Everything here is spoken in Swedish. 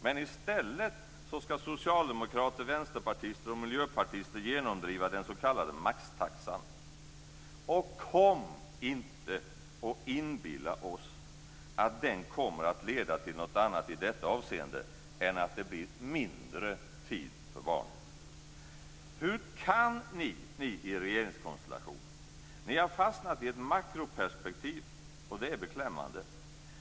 Men i stället ska socialdemokrater, vänsterpartister och miljöpartister genomdriva den s.k. maxtaxan. Kom inte och inbilla oss att den kommer att leda till något annat i detta avseende än att det blir mindre tid för barnen! Hur kan ni, ni i regeringskonstellationen? Ni har fastnat i ett makroperspektiv. Och det är beklämmande.